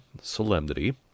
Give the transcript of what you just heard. Solemnity